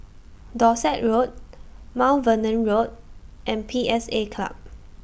Dorset Road Mount Vernon Road and P S A Club